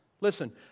Listen